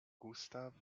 gustav